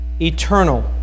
eternal